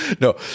No